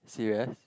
serious